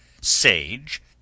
sage